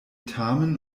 tamen